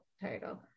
title